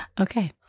okay